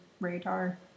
radar